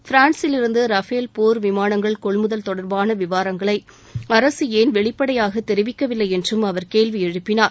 பிரான்சிலிருந்து ரஃபேல் போர் விமானங்கள் கொள்முதல் தொடர்பான விவரங்களை அரசு அஏன் வெளிப்படையாக தெரிவிக்கவில்லை என்றும் அவர் கேள்வி எழுப்பினார்